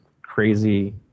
crazy